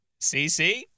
CC